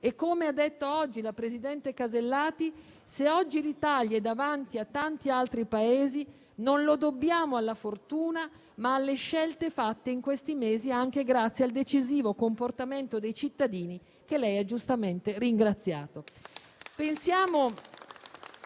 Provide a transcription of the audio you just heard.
e, come ha detto la presidente Casellati, se oggi l'Italia è davanti a tanti altri Paesi, non lo dobbiamo alla fortuna, ma alle scelte fatte in questi mesi, anche grazie al decisivo comportamento dei cittadini, che lei ha giustamente ringraziato.